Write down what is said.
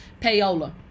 Payola